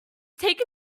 take